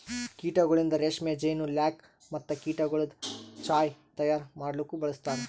ಕೀಟಗೊಳಿಂದ್ ರೇಷ್ಮೆ, ಜೇನು, ಲ್ಯಾಕ್ ಮತ್ತ ಕೀಟಗೊಳದು ಚಾಹ್ ತೈಯಾರ್ ಮಾಡಲೂಕ್ ಬಳಸ್ತಾರ್